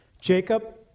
Jacob